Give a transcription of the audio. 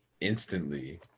instantly